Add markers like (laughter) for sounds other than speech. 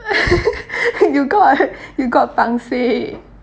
(laughs) you got you got pangseh